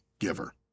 giver